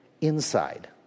inside